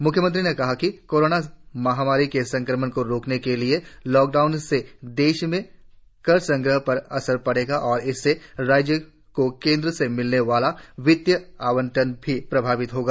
मुख्यमंत्री ने कहा है कि कोरोना महामारी के संक्रमण को रोकने के लिए लॉकडाउन से देश में कर संग्रह पर असर पड़ेगा और इससे राज्य को केंद्र से मिलने वाला वित्तीय आवंटन भी प्रभावित होगा